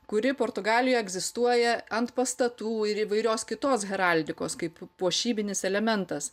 kuri portugalijoj egzistuoja ant pastatų ir įvairios kitos heraldikos kaip puošybinis elementas